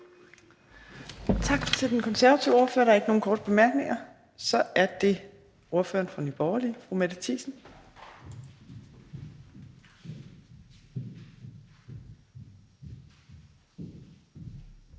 Tak til den konservative ordfører. Der er ikke nogen korte bemærkninger. Så er det ordføreren for Nye Borgerlige, fru Mette Thiesen.